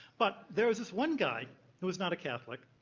but there was this one guy who was not a catholic,